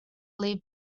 lived